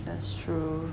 that's true